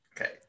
Okay